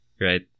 right